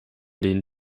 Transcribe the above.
lehnen